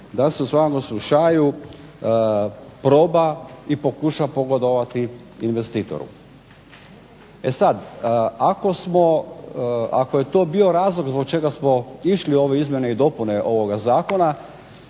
da se u svakom slučaju proba i pokuša pogodovati investitoru. E sada ako je to bio razlog zbog čega smo išli u ove izmjene i dopune ovoga zakona,